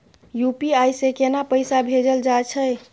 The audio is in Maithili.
यू.पी.आई से केना पैसा भेजल जा छे?